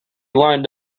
lined